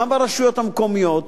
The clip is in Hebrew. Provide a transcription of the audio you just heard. גם ברשויות המקומיות,